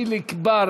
יחיאל חיליק בר,